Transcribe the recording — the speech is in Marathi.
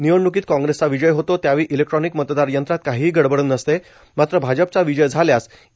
निवडणुकीत काँग्रेसचा विजय होतो त्यावेळी इलेक्ट्रॉनिक मतदार यंत्रात काहीही गडबड नसते मात्र भाजपचा विजय झाल्यास ई